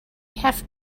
have